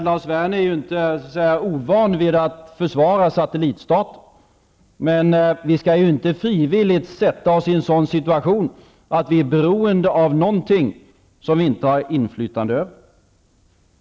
Lars Werner är ju inte ovan vid att försvara satellitstater, men vi skall inte frivilligt sätta oss i en sådan situation att vi är beroende av någonting som vi inte har inflytande över.